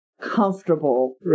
comfortable